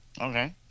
Okay